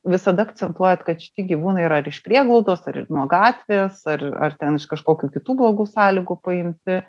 visada akcentuojat kad šiti gyvūnai yra ar iš prieglaudos ar nuo gatvės ar ar ten iš kažkokių kitų blogų sąlygų paimti